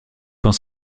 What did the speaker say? pense